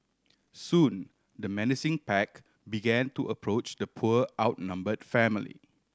soon the menacing pack began to approach the poor outnumbered family